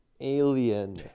Alien